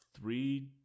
Three